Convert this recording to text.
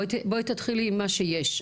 בואי תתחילי עם מה שיש,